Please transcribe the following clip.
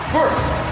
First